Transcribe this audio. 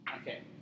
Okay